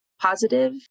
positive